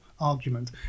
argument